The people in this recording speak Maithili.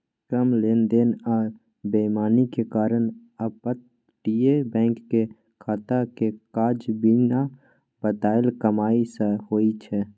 कम लेन देन आ बेईमानी के कारण अपतटीय बैंक के खाता के काज बिना बताएल कमाई सँ होइ छै